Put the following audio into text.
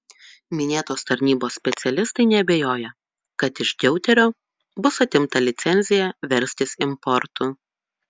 minėtos tarnybos specialistai neabejoja kad iš deuterio bus atimta licencija verstis importu